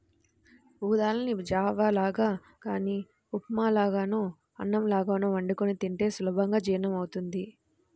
ఊదల్ని జావ లాగా గానీ ఉప్మా లాగానో అన్నంలాగో వండుకొని తింటే సులభంగా జీర్ణమవ్వుద్ది